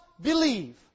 believe